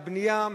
בנייה,